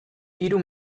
hiru